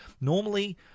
normally